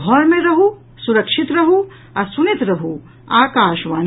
घर मे रहू सुरक्षित रहू आ सुनैत रहू आकाशवाणी